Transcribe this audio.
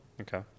Okay